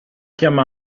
chiama